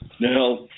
Now